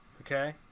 okay